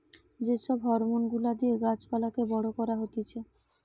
যে সব হরমোন গুলা দিয়ে গাছ পালাকে বড় করা হতিছে